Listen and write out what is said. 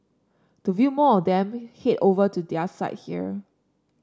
to view more of them head over to their site here